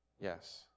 Yes